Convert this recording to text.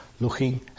looking